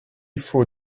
faut